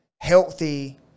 healthy